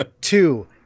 Two